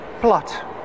plot